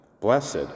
blessed